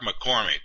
McCormick